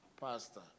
pastor